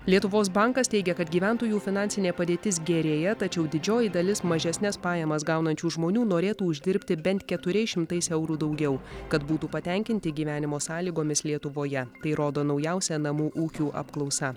lietuvos bankas teigia kad gyventojų finansinė padėtis gerėja tačiau didžioji dalis mažesnes pajamas gaunančių žmonių norėtų uždirbti bent keturiais šimtais eurų daugiau kad būtų patenkinti gyvenimo sąlygomis lietuvoje tai rodo naujausia namų ūkių apklausa